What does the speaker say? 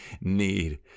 need